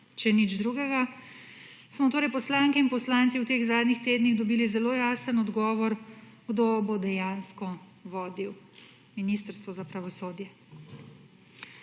Če nič drugega smo torej poslanke in poslanci v teh zadnjih tedni dobili zelo jasen odgovor kdo bo dejansko vodil ministrstvo za pravosodje.